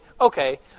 okay